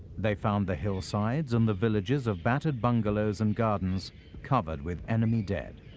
they found the hillsides and the villages of battered bungalows and gardens covered with enemy dead.